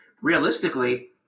Realistically